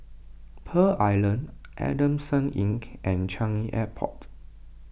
Pearl Island Adamson Innk and Changi Airport